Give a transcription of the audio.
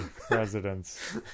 presidents